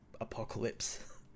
apocalypse